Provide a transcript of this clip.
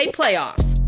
playoffs